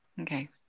Okay